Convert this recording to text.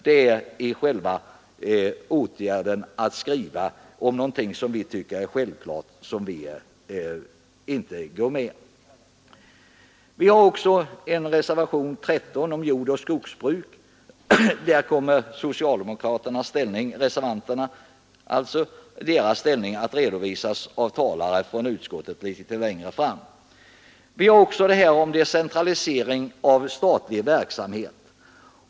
Det är i själva åtgärden att skriva om någonting som vi tycker är självklart som vi inte går med. Vi har också en reservation nr 13 om jordoch skogsbruk. Reservanternas inställning kommer att redovisas av talare från utskottet längre fram. Vi har också en reservation beträffande decentralisering av statlig verksamhet.